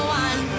one